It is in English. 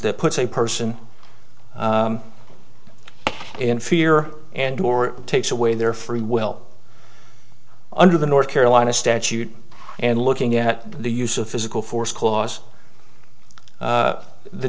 that puts a person in fear and takes away their free will under the north carolina statute and looking at the use of physical force clause the